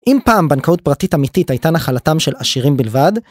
אם פעם, בנקאות פרטית אמיתית הייתה נחלתם של עשירים בלבד,